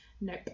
Nope